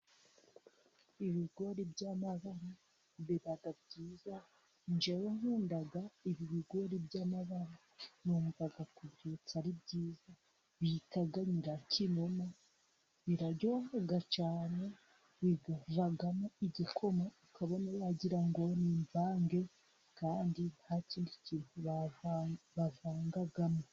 Ibigori by'amabara biba byiza. Njyewe nkunda ibi bigori by'amabara. numva kubyotsa ari byiza bita nyirakimoma. birayoha cyane. Bivamo igikoma, ukabona wagira ngo ni imvange, kandi nta kindi kintu bavanzemo.